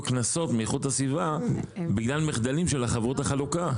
קנסות מאיכות הסביבה בגלל מחדלים של חברות החלוקה?